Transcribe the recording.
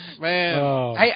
Man